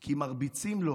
כי מרביצים לו